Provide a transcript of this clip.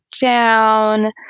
down